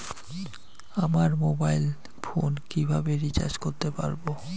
আমার mobile phone কিভাবে recharge করতে পারব?